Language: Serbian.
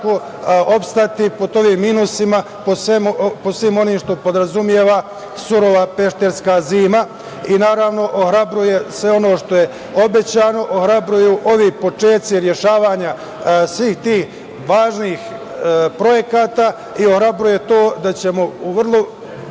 opstati pod ovim minusima, po svemu onome što podrazumeva surova pešterska zima. Naravno, ohrabruje sve ono što je obećano. Ohrabruju ovi počeci rešavanja svih tih važnih projekata i ohrabruje to da ćemo u vrlo